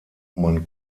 man